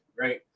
right